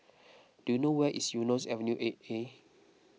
do you know where is Eunos Avenue eight A